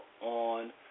on